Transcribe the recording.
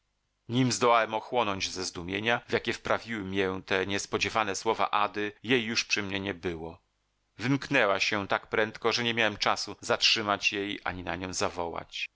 nim zdołałem ochłonąć ze zdumienia w jakie wprawiły mię te niespodziewane słowa ady jej już przy mnie nie było wymknęła się tak prędko że nie miałem czasu zatrzymać jej ani